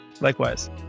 Likewise